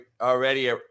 already